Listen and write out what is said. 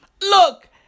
look